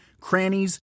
crannies